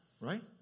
right